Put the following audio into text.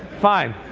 fine.